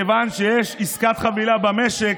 כיוון שיש עסקת חבילה במשק,